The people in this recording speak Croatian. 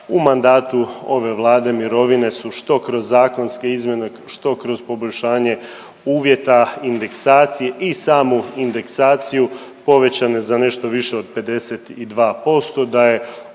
u mandatu ove Vlade mirovine su što kroz zakonske izmjene, što kroz poboljšanje uvjeta indeksacije i samu indeksaciju povećane za nešto više od 52%, da je